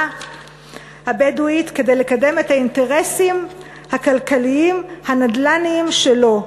הבדואית כדי לקדם את האינטרסים הכלכליים הנדל"ניים שלו.